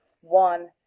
one